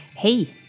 Hey